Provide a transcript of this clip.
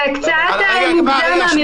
זה קצת מוגזם האמירות האלה.